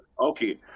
Okay